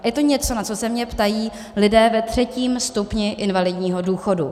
Je to něco, na co se mě ptají lidé ve třetím stupni invalidního důchodu.